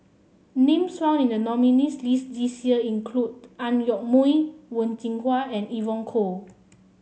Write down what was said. names found in the nominees' list this year include Ang Yoke Mooi Wen Jinhua and Evon Kow